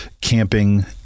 camping